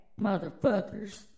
motherfuckers